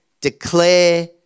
declare